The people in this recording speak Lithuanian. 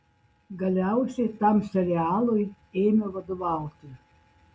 galiausiai tam serialui ėmiau vadovauti